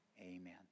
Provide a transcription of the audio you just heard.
Amen